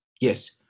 Yes